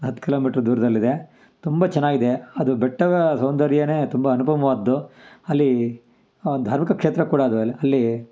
ಹತ್ತು ಕಿಲೋಮೀಟ್ರ್ ದೂರದಲ್ಲಿದೆ ತುಂಬ ಚೆನ್ನಾಗಿದೆ ಅದು ಬೆಟ್ಟದ ಸೌಂದರ್ಯವೇ ತುಂಬ ಅನುಪಮವಾದದ್ದು ಅಲ್ಲಿ ಧಾರ್ಮಿಕ ಕ್ಷೇತ್ರ ಕೂಡ ಇದೆ ಅಲ್ಲಿ ಅಲ್ಲಿ